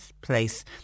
place